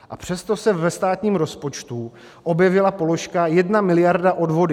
A přesto se ve státním rozpočtu objevila položka 1 mld. odvody.